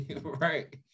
Right